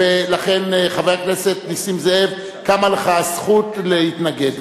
ולכן, חבר הכנסת נסים זאב, קמה לך הזכות להתנגד.